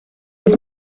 was